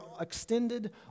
extended